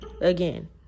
again